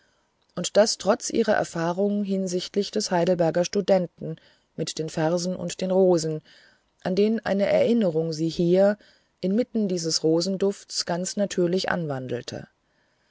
und das trotz ihrer erfahrung hinsichtlich des heidelberger studenten mit den versen und den rosen an den eine erinnerung sie hier inmitten dieses rosenduftes ganz natürlich anwandelte